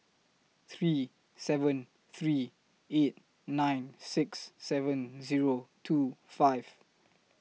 three seven three eight nine six seven Zero two five